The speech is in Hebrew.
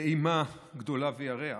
ב"אימה גדולה וירח":